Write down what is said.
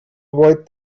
avoid